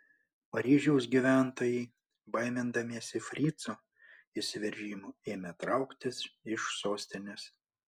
paryžiaus gyventojai baimindamiesi fricų įsiveržimo ėmė trauktis iš sostinės